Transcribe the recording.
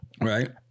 Right